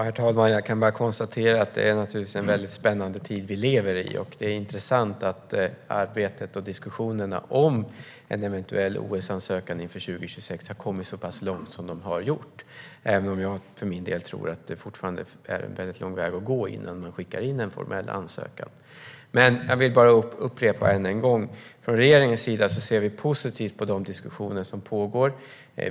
Herr talman! Jag kan bara konstatera att det är en mycket spännande tid vi lever i. Det är intressant att arbetet och diskussionerna om en eventuell OS-ansökan inför 2026 har kommit så pass långt som de har gjort, även om jag för min del tror att det fortfarande är en lång väg att gå innan man skickar in en formell ansökan. Jag vill upprepa än en gång att från regeringens sida ser vi positivt på de diskussioner som pågår.